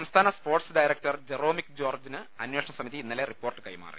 സംസ്ഥാന sports director Jeromic ജോർജിന് അന്വേ ഷണ സമിതി ഇന്നലെ റിപ്പോർട്ട് കൈമാറി